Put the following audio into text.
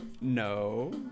No